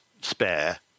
spare